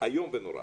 איום ונורא.